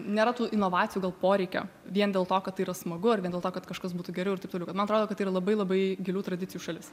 nėra tų inovacijų gal poreikio vien dėl to kad tai yra smagu ar vien dėl to kad kažkas būtų geriau ir taip toliau kad man atrodo kad tai yra labai labai gilių tradicijų šalis